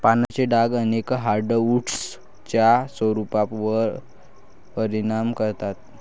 पानांचे डाग अनेक हार्डवुड्सच्या स्वरूपावर परिणाम करतात